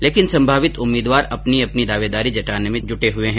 लेकिन संभावित उम्मीदवार अपनी अपनी दावेदारी जताने में जुटे हुए हैं